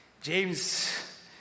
James